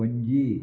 पंजी